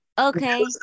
Okay